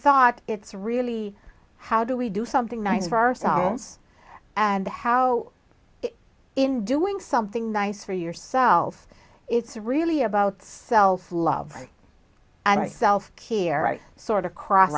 thought it's really how do we do something nice for ourselves and how in doing something nice for yourself it's really about self love and myself here i sort of cr